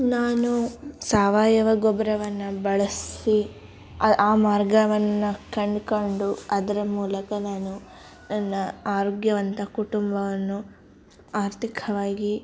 ನಾನು ಸಾವಯವ ಗೊಬ್ಬರವನ್ನ ಬಳಸಿ ಆ ಆ ಮಾರ್ಗವನ್ನು ಕಂಡ್ಕೊಂಡು ಅದರ ಮೂಲಕ ನಾನು ನ ಆರೋಗ್ಯವಂತ ಕುಟುಂಬವನ್ನು ಆರ್ಥಿಕವಾಗಿ